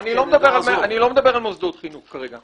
אני לא מדבר על מוסדות חינוך כרגע.